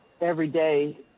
everyday